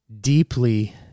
deeply